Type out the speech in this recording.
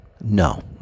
No